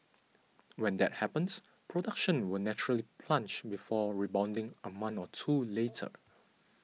when that happens production will naturally plunge before rebounding a month or two later